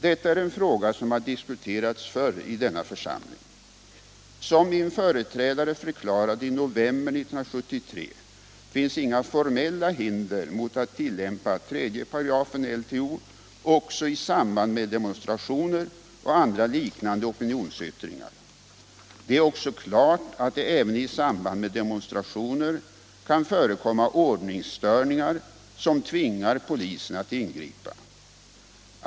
Detta är en fråga som har diskuterats förr i denna församling. Som min företrädare förklarade i november 1973 finns inga formella hinder mot att tillämpa 3 5 LTO också i samband med demonstrationer och andra liknande opinionsyttringar. Det är också klart att det även i samband med demonstrationer kan förekomma ordningsstörningar som tvingar polisen att ingripa.